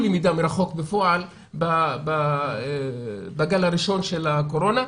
למידה מרחוק בפועל בגל הראשון של הקורונה.